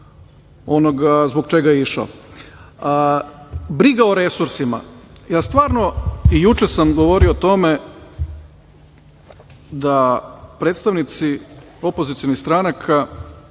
onoga zbog čega je išao. Briga o resursima, stvarno, i juče sam govorio o tome da predstavnici opozicionih stranaka